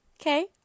Okay